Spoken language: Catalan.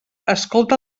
escolta